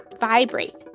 vibrate